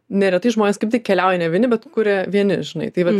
neretai žmonės kaip tik keliauja ne vieni bet kuria vieni žinai tai vat